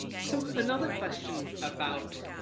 so another question about,